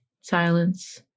silence